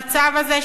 המצב הזה,